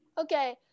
Okay